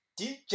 DJ